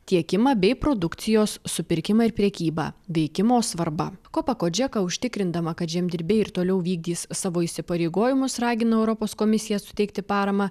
tiekimą bei produkcijos supirkimą ir prekybą veikimo svarbą kopa kodžeka užtikrindama kad žemdirbiai ir toliau vykdys savo įsipareigojimus ragino europos komisiją suteikti paramą